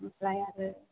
बेनिफ्राय आरो